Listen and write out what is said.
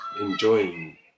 enjoying